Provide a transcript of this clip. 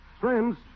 Friends